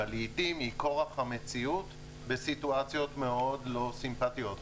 לעיתים היא כורח המציאות בסיטואציות מאוד לא סימפטיות.